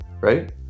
Right